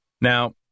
Now